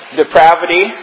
depravity